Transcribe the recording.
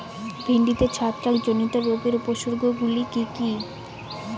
ভিন্ডিতে ছত্রাক জনিত রোগের উপসর্গ গুলি কি কী?